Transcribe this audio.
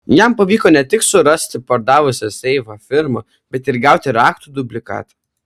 jam pavyko ne tik surasti pardavusią seifą firmą bet ir gauti raktų dublikatą